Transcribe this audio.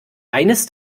eines